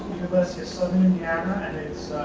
southern indiana. and